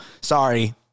Sorry